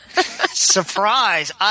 Surprise